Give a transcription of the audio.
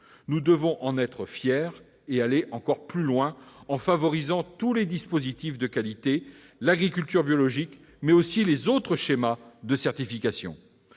Nous devons en être fiers et aller encore plus loin, en favorisant tous les dispositifs de qualité, l'agriculture biologique, mais aussi les autres schémas de certification.